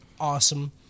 awesome